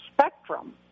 spectrum